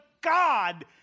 God